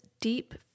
deep